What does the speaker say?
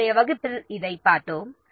இன்றைய வகுப்பில் இதைப் பார்த்தோம்